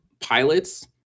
pilots